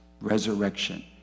resurrection